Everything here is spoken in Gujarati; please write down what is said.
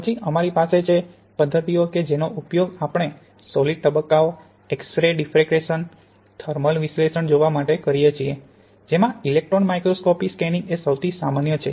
પછી અમારી પાસે છે પદ્ધતિઓ કે જેનો ઉપયોગ આપણે સોલીડ તબક્કાઓ એક્સ રે ડીફરેકસન થર્મલ વિશ્લેષણ જોવા માટે કરી શકીએ છીએ જેમાં ઇલેક્ટ્રોન માઇક્રોસ્કોપી સ્કેનીંગ એ સૌથી સામાન્ય છે